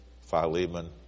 Philemon